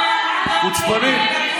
חוצפנים.